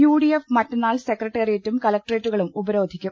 U D F മറ്റന്നാൾ സെക്രട്ടേറിയറ്റും കലക്ടറേറ്റുകളും ഉപരോധിക്കും